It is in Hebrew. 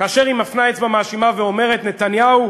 כאשר היא מפנה אצבע מאשימה ואומרת: נתניהו